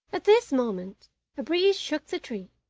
at this moment a breeze shook the tree,